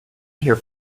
here